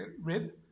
rib